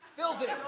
fills in,